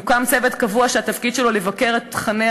יוקם צוות קבוע שהתפקיד שלו לבקר את תוכני